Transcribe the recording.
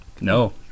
No